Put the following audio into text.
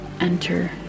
enter